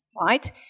right